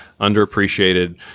underappreciated